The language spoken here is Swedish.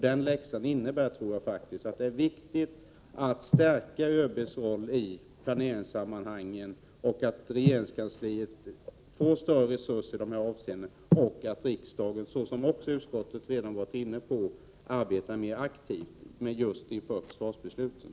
Den läxan är att det är viktigt att stärka ÖB:s roll i planeringssammanhangen, att regeringskansliet får större resurser i de här avseendena och att riksdagen — såsom utskottet redan varit inne på — arbetar mer aktivt just inför försvarsbesluten.